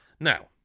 now